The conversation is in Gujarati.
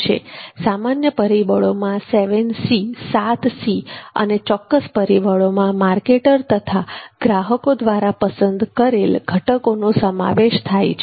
સામાન્ય પરિબળોમાં 7C અને ચોક્કસ પરિબળોમાં માર્કેટર તથા ગ્રાહકો દ્વારા પસંદ કરેલ ઘટકોનો સમાવેશ થાય છે